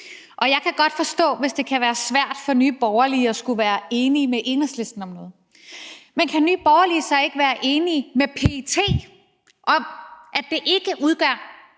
Jeg kan godt forstå, hvis det kan være svært for Nye Borgerlige at skulle være enige med Enhedslisten om noget, men kan Nye Borgerlige så ikke være enige med PET om, at det ikke udgør